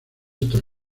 estos